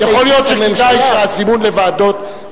יכול להיות שכדאי שהזימון לוועדות,